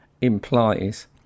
implies